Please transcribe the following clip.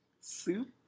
Soup